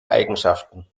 eigenschaften